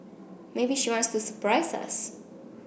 maybe she wants to surprise us